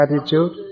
attitude